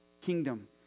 Kingdom